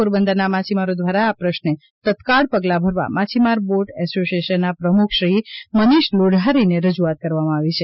પોરબંદરના મચ્છીમારો દ્વારા આ પ્રશ્ને તત્કાળ પગલાં ભરવા માછીમાર બોટ એસોશીએશનના પ્રમુખ શ્રી મનીષ લોઢારીને રજૂઆત કરવામાં આવી છે